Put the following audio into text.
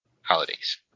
holidays